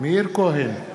מאיר כהן,